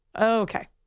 Okay